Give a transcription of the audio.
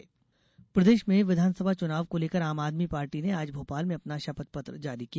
आम आदमी पार्टी प्रदेश में विधानसभा चुनाव को लेकर आम आदमी पार्टी ने आज भोपाल में अपना शपथ पत्र जारी किया